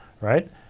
right